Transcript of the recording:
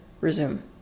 resume